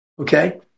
okay